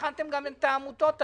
בחתנם גם את העמותות,